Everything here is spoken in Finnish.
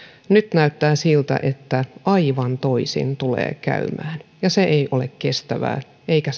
nyt näyttää siltä että aivan toisin tulee käymään ja se ei ole kestävää eikä